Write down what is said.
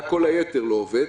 רק כל היתר לא עובד.